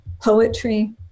poetry